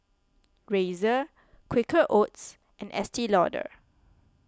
Razer Quaker Oats and Estee Lauder